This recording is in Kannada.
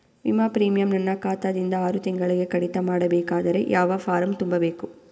ವಿಮಾ ಪ್ರೀಮಿಯಂ ನನ್ನ ಖಾತಾ ದಿಂದ ಆರು ತಿಂಗಳಗೆ ಕಡಿತ ಮಾಡಬೇಕಾದರೆ ಯಾವ ಫಾರಂ ತುಂಬಬೇಕು?